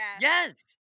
Yes